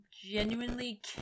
genuinely